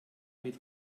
mit